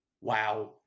wow